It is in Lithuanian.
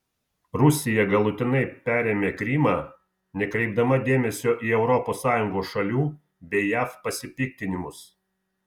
rusija galutinai perėmė krymą nekreipdama dėmesio į europos sąjungos šalių bei jav pasipiktinimus